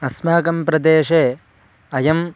अस्माकं प्रदेशे अयं